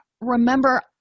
Remember